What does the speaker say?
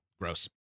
gross